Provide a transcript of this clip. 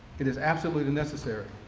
it is absolutely and necessary.